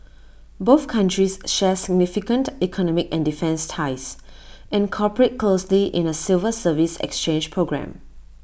both countries share significant economic and defence ties and cooperate closely in A civil service exchange programme